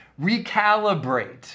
recalibrate